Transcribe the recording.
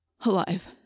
Alive